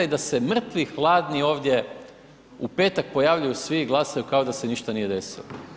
I Da se mrtvi hladni ovdje u petak pojavljuju svi i glasuju kao da se ništa nije desilo.